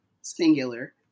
singular